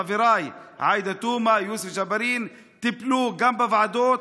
חבריי עאידה תומא ויוסף ג'בארין טיפלו בזה גם בוועדות.